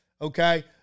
Okay